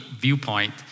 viewpoint